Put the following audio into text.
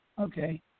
Okay